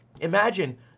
Imagine